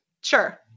Sure